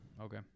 Okay